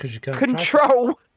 control